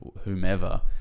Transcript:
whomever